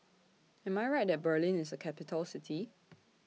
Am I Right that Berlin IS A Capital City